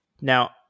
now